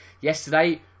yesterday